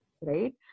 right